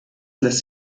lässt